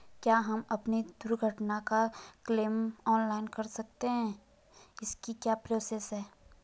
क्या हम अपनी दुर्घटना का क्लेम ऑनलाइन कर सकते हैं इसकी क्या प्रोसेस है?